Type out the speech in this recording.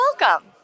welcome